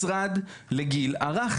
משרד לגיל הרך,